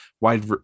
wide